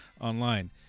online